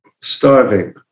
starving